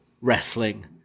wrestling